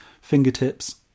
fingertips